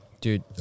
Dude